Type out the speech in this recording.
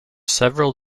several